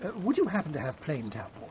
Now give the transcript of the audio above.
but would you happen to have plain tap